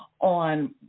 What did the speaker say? on